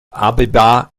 abeba